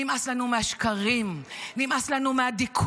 נמאס לנו מהשקרים, נמאס לנו מהדיכוי.